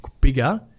bigger